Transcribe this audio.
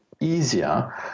easier